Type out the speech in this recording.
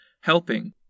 helping